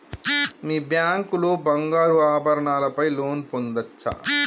మీ bank లో బంగారు ఆభరణాల పై లోన్ పొందచ్చా?